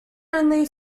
only